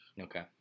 Okay